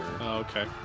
Okay